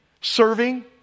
serving